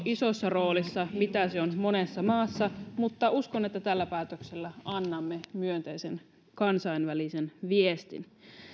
isossa roolissa kuin se on monessa maassa mutta uskon että tällä päätöksellä annamme myönteisen kansainvälisen viestin